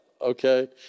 okay